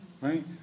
right